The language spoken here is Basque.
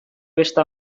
beste